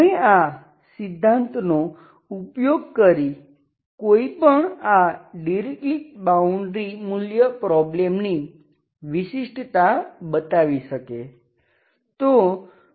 હવે આ સિધ્ધાંત નો ઉપયોગ કરી કોઈ પણ આ ડિરિક્લેટ બાઉન્ડ્રી મૂલ્ય પ્રોબ્લેમની વિશિષ્ટ્તા બતાવી શકે